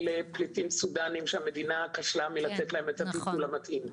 לפליטים סודנים מלתת להם את הטיפול המתאים.